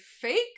fake